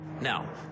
Now